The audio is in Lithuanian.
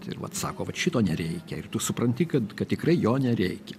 ir vat sako kad šito nereikia ir tu supranti kad kad tikrai jo nereikia